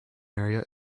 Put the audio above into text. area